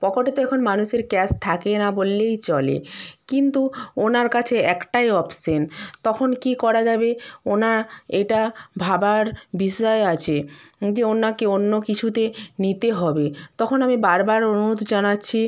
পকেটে তো এখন মানুষের ক্যাশ থাকে না বললেই চলে কিন্তু ওনার কাছে একটাই অপশেন তখন কী করা যাবে ওনার এটা ভাবার বিষয় আছে যে ওনাকে অন্য কিছুতে নিতে হবে তখন আমি বার বার অনুরোধ জানাচ্ছি